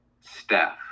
Staff